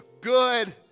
good